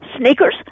Sneakers